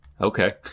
okay